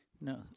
No